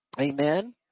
amen